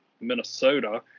minnesota